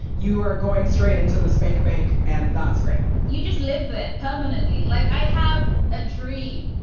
you are going straight into the spank bank. and that's great you just live there permanently. like i have a dream.